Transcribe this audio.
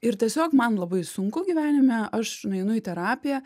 ir tiesiog man labai sunku gyvenime aš nueinu į terapiją